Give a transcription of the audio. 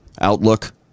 outlook